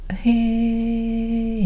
hey